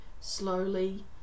slowly